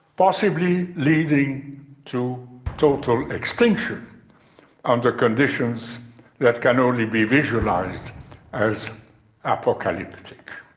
possibly leading to total extinction under conditions that can only be visualised as apocalyptic.